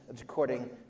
according